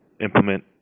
implement